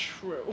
true